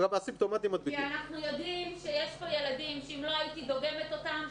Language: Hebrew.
אנחנו יודעים שיש פה ילדים שאם לא הייתי דוגמת אותם,